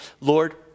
Lord